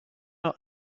not